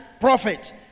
prophet